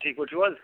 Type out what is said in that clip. ٹھیٖک پٲٹھۍ چھُو حظ